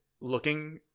looking